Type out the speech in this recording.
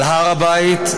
הר הבית,